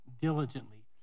diligently